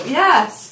yes